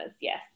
Yes